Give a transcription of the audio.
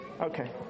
okay